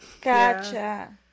Gotcha